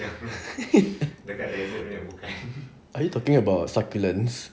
are you talking about succulent